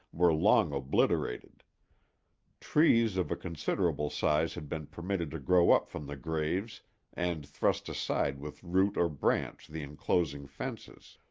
were long obliterated trees of a considerable size had been permitted to grow up from the graves and thrust aside with root or branch the inclosing fences.